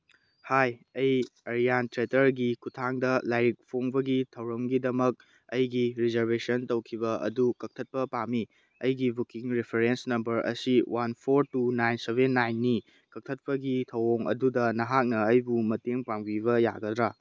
ꯍꯥꯏ ꯑꯩ ꯑꯔꯌꯥꯟ ꯊꯦꯇꯔꯒꯤ ꯈꯨꯊꯥꯡꯗ ꯂꯥꯏꯔꯤꯛ ꯐꯣꯡꯕꯒꯤ ꯊꯧꯔꯝꯒꯤꯗꯃꯛ ꯑꯩꯒꯤ ꯔꯤꯖꯔꯕꯦꯁꯟ ꯇꯧꯈꯤꯕ ꯑꯗꯨ ꯀꯛꯊꯠꯄ ꯄꯥꯝꯃꯤ ꯑꯩꯒꯤ ꯕꯨꯀꯤꯡ ꯔꯤꯐ꯭ꯔꯦꯟꯁ ꯅꯝꯕꯔ ꯑꯁꯤ one four two nine seven ꯅꯥꯏꯟꯅꯤ ꯀꯛꯊꯠꯄꯒꯤ ꯊꯑꯣꯡ ꯑꯗꯨꯗ ꯅꯍꯥꯛꯅ ꯑꯩꯕꯨ ꯃꯇꯦꯡ ꯄꯥꯡꯕꯤꯕ ꯌꯥꯒꯗ꯭ꯔꯥ